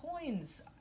coins